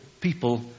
people